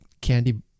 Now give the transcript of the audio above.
candy